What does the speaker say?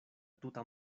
tuta